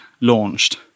launched